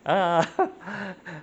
ah